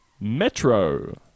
Metro